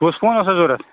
کُس فون اوسُہ ضوٚرَتھ